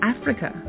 Africa